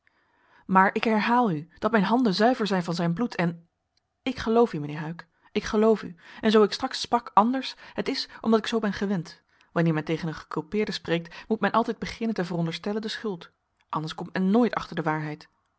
maar ik herhaal u dat mijn handen zuiver zijn van zijn bloed en ik geloof u mijnheer huyck ik geloof u en zoo ik straks sprak anders het is omdat ik zoo ben gewend wanneer men tegen een geculpeerde spreekt moet men altijd beginnen te veronderstellen de schuld anders komt men nooit achter de waarheid